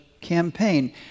campaign